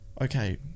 okay